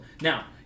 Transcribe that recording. now